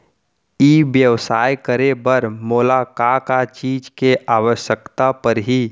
ई व्यवसाय करे बर मोला का का चीज के आवश्यकता परही?